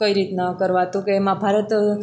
કઈ રીતના કરવા તો કે એમાં ભારત